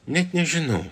net nežinau